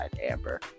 amber